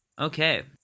Okay